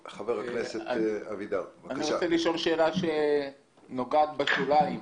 אני רוצה לשאול את המנכ"ל שאלה שאולי נוגעת בשוליים.